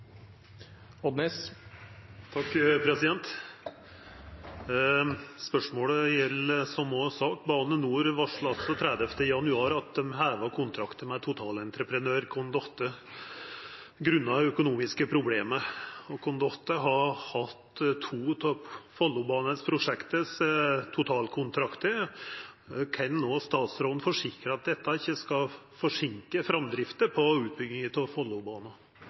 Spørsmålet gjeld same sak: «Bane NOR varsla 30. januar at dei heva kontrakten med totalentreprenør Condotte grunna økonomiske problem. Condotte har hatt to av Follobane-prosjektets totalkontraktar. Kan statsråden forsikra at dette ikkje skal forseinka framdrifta på utbygginga av